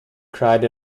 cried